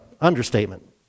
understatement